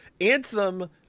Anthem